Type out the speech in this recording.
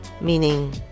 meaning